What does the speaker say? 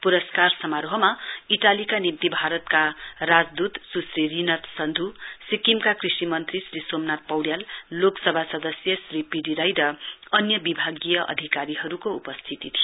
प्रस्कार समारोहमा इटालीका निम्ति भारतका राजदूत स्श्री रीनत सन्धू सिक्किमका कृषि मन्त्री श्री सोमनाथ पौड्याल लोकसभा सदस्य श्री पी डी राई र अन्य विभागीय अधिकारीहरुको उपस्थिती थियो